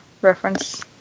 reference